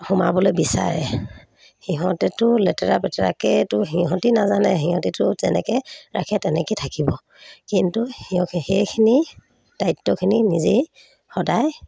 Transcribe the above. সোমাবলৈ বিচাৰে সিহঁতেতো লেতেৰা বেতেৰাকেতো সিহঁতি নাজানে সিহঁতিতো যেনেকৈ ৰাখে তেনেকেই থাকিব কিন্তু সিহঁ সেইখিনি দায়িত্বখিনি নিজেই সদায়